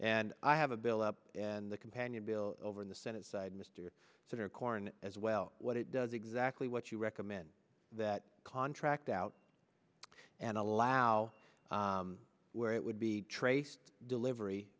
and i have a bill up and the companion bill over in the senate side mr souter corn as well what it does exactly what you recommend that contract out and allow where it would be traced delivery